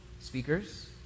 speakers